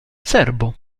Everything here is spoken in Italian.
serbo